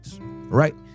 Right